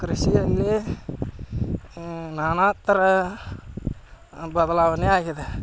ಕೃಷಿಯಲ್ಲಿಯೇ ನಾನಾ ಥರ ಬದಲಾವಣೆ ಆಗಿದೆ